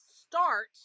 start